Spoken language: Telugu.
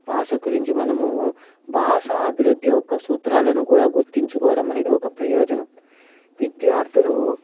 భాష గురించి మనము భాషాభివృద్ధి ఒక సూత్రాలను కూడా గుర్తించుకోవడం అనేది ఒక ప్రయోజనం విద్యార్థులు